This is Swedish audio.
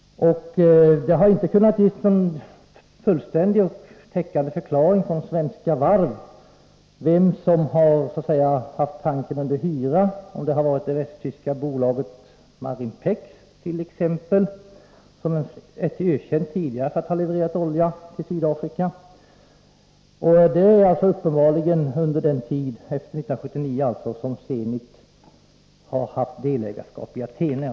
Svenska Varv har inte kunnat ge någon fullständig och täckande förklaring till vem som har haft tankern under hyra— om det har varit t.ex. det västtyska bolaget Marimpex, vilket är ökänt sedan tidigare för att ha levererat olja till Sydafrika — under den tid, efter 1979, som Zenit har haft delägarskap i Athene.